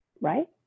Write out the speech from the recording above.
Right